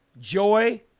Joy